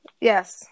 yes